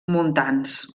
montans